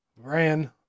ran